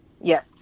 Yes